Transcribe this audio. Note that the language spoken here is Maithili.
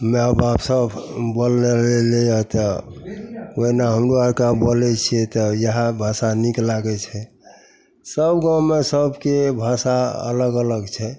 माइबाप सभ बोलले आएले रहै तब ओहिना हमरो आओरके बोलै छिए तऽ इएह भाषा नीक लागै छै सब गाममे सभके भाषा अलग अलग छै